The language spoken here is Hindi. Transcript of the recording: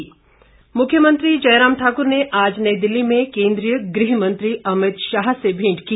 मुख्यमंत्री मुख्यमंत्री जयराम ठाक्र ने आज नई दिल्ली में केंद्रीय गृह मंत्री अमित शाह से भेंट की